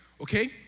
Okay